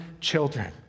children